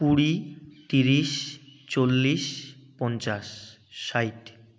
কুড়ি তিরিশ চল্লিশ পঞ্চাশ ষাট